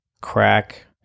crack